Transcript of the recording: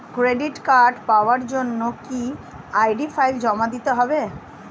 Credit card পাওয়ার জন্য কি আই.ডি ফাইল জমা দিতে হবে?